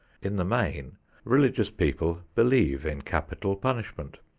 in the main religious people believe in capital punishment.